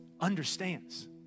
understands